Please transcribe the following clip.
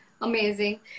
amazing